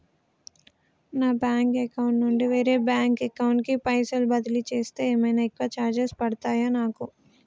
నా bank account నుండి వేరే బ్యాంక్ అకౌంట్ కి పైసల్ బదిలీ చేస్తే ఏమైనా ఎక్కువ చార్జెస్ పడ్తయా నాకు?